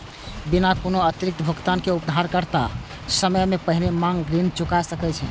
बिना कोनो अतिरिक्त भुगतान के उधारकर्ता समय सं पहिने मांग ऋण चुका सकै छै